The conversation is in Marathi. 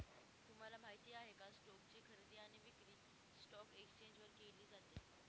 तुम्हाला माहिती आहे का? स्टोक्स ची खरेदी आणि विक्री स्टॉक एक्सचेंज वर केली जाते